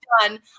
done